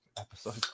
Episode